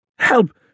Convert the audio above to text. Help